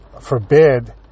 forbid